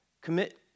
Commit